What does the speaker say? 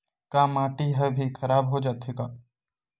का माटी ह भी खराब हो जाथे का?